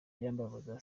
birambabaza